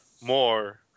more